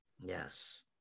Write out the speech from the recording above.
Yes